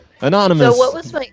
anonymous